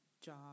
job